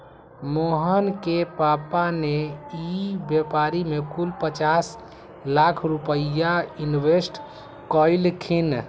मोहना के पापा ने ई व्यापार में कुल पचास लाख रुपईया इन्वेस्ट कइल खिन